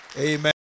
Amen